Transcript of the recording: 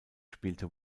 spielte